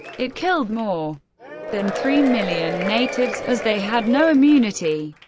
it killed more than three million natives as they had no immunity.